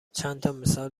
چندتامثال